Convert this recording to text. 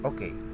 Okay